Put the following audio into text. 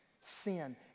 sin